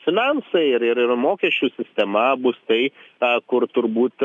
finansai ir ir mokesčių sistema bus tai ta kur turbūt